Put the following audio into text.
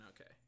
Okay